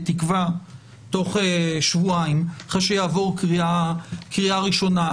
בתקווה תוך שבועיים אחרי שיעבור קריאה ראשונה,